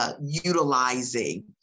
utilizing